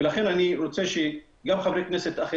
אז אני מבקש מכל חברי הכנסת,